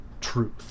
truth